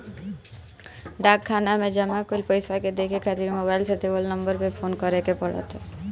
डाक खाना में जमा कईल पईसा के देखे खातिर मोबाईल से देवल नंबर पे फोन करे के पड़त ह